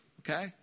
okay